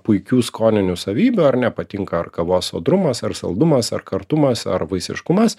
puikių skoninių savybių ar ne patinka ar kavos sodrumas ar saldumas ar kartumas ar vaisiškumas